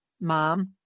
mom